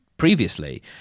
previously